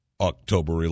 October